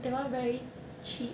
that [one] very cheap